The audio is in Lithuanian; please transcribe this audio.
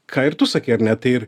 ką ir tu sakei ar ne tai ir